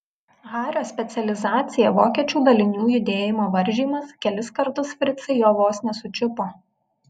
hario specializacija vokiečių dalinių judėjimo varžymas kelis kartus fricai jo vos nesučiupo